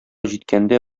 җиткәндә